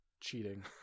cheating